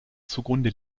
zugrunde